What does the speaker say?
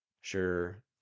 sure